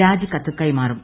രാജിക്കത്ത് കൈമാറും